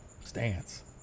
stance